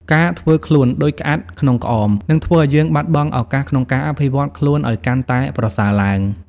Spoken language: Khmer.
ការធ្វើខ្លួនដូចក្អាត់ក្នុងក្អម នឹងធ្វើឱ្យយើងបាត់បង់ឱកាសក្នុងការអភិវឌ្ឍខ្លួនឱ្យកាន់តែប្រសើរឡើង។